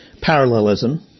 parallelism